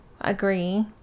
agree